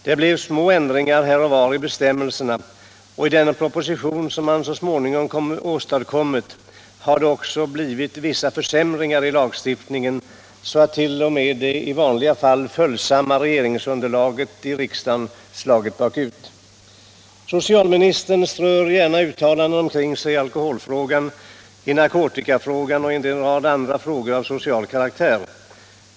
Det blev små ändringar här och var i bestämmelserna, och i den proposition som man så småningom åstadkommit har det också blivit vissa försämringar i lagstiftningen, så att t.o.m. det i vanliga fall följsamma regeringsunderlaget i riksdagen slagit bakut. Socialministern strör gärna uttalanden omkring sig i alkoholfrågan, i narkotikafrågan och i en rad andra frågor av social karaktär.